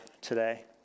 today